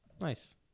Nice